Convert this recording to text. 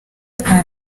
nta